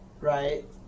Right